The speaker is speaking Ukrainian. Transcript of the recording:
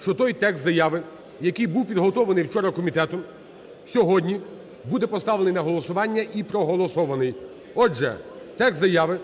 що той текст заяви, який був підготовлений вчора комітетом сьогодні буде поставлений на голосування і проголосований. Отже, текст заяви